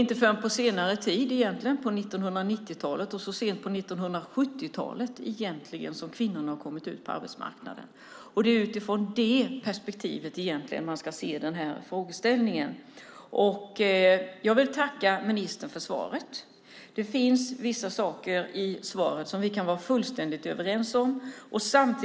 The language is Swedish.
Inte förrän på senare tid - egentligen så sent som på 1970-talet - har kvinnorna kommit ut på arbetsmarknaden. Det är i det perspektivet man ska se den här frågeställningen. Jag vill tacka ministern för svaret. Vissa saker i svaret kan vi vara fullständigt överens om.